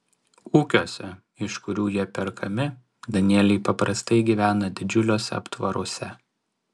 ūkiuose iš kurių jie perkami danieliai paprastai gyvena didžiuliuose aptvaruose